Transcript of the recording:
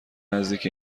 نزدیک